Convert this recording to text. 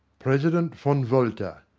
president von walter,